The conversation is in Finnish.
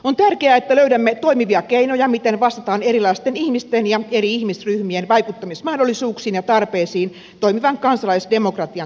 on tärkeää että löydämme toimivia keinoja miten vastataan erilaisten ihmisten ja eri ihmisryhmien vaikuttamismahdollisuuksiin ja tarpeisiin toimivan kansalaisdemokratian toteutumiseksi